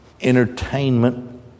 entertainment